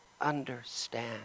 understand